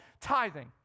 tithing